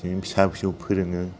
बिदिनो फिसा फिसौ फोरोङो